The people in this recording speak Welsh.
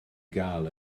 gael